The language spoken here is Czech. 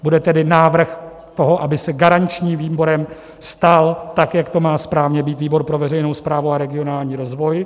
Bude tedy návrh toho, aby se garančním výborem stal, jak to správně má být, výbor pro veřejnou správu a regionální rozvoj.